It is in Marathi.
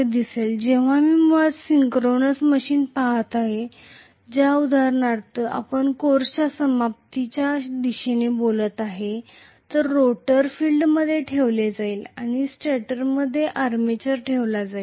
उदाहरणार्थ जेव्हा मी मुळात सिंक्रोनस मशीन पहात असतो ज्या गोष्टींबद्दल आपण कोर्सच्या शेवटी बोलणार आहोत तर रोटर फील्डमध्ये ठेवली जाईल आणि स्टॅटरमध्ये आर्मेचर ठेवला जाईल